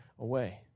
Away